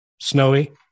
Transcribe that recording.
snowy